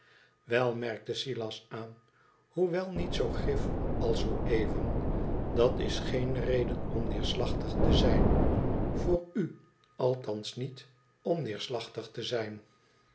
wel merkt silas aan hoewel niet zoo grif als zoo even d a t is geen reden om neerslachtig te zijn voor u althans niet om neerslachtig te zijn